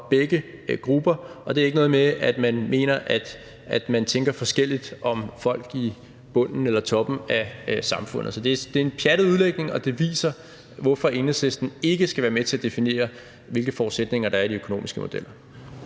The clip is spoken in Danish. begge grupper, og det har ikke noget at gøre med, at man tænker forskelligt om folk i bunden eller toppen af samfundet. Det er et pjattet udlægning, og det viser, hvorfor Enhedslisten ikke skal være med til at definere, hvilke forudsætninger der er i de økonomiske modeller.